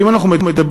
ואם אנחנו מדברים,